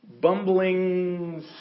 bumbling